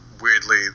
weirdly